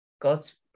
God's